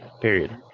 period